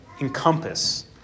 encompass